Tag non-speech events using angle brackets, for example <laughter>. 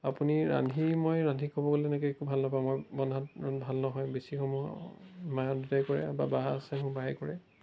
আপুনি ৰান্ধি মই ৰান্ধি খুৱাব গ'লে তেনেকৈ একো ভাল নাপাওঁ মই ইমান <unintelligible> ভাল নহয় বেছি সময় মা আৰু দেউতাই কৰে বা বা আছে মোৰ বায়ে কৰে